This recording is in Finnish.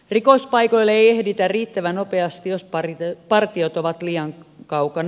rikospaikoille ei ehditä riittävän nopeasti jos partiot ovat liian kaukana